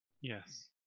Yes